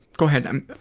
go ahead. um